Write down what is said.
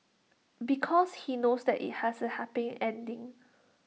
because he knows that IT has A happy ending